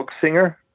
singer